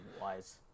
wise